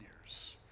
years